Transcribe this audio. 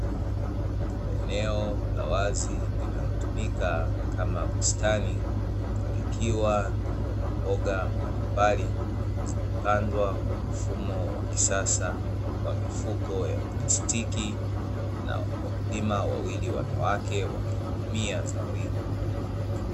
Eneo la wazi linalotumika kama bustani, likiwa na mbogamboga mbalimbali, zimepandwa kwa mfumo wa kisasa wa mifuko ya prastiki na wakulima wawili wanawake wakihudumia zao hilo.